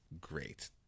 great